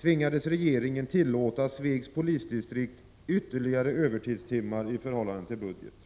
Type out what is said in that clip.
tvingades regeringen att tillåta Svegs polisdistrikt ytterligare övertidstimmar i förhållande till budgeten.